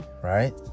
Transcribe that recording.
Right